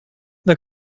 the